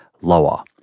lower